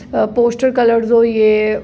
poster colour होई गे